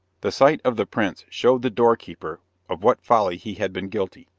the sight of the prince showed the doorkeeper of what folly he had been guilty,